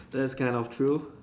that's kind of true